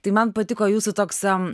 tai man patiko jūsų toks sau